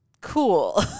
cool